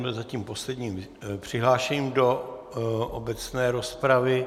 Byl zatím poslední přihlášený do obecné rozpravy.